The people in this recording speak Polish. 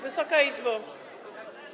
Wysoka Izbo!